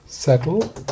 settle